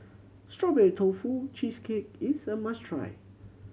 Strawberry Tofu Cheesecake is a must try